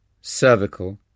cervical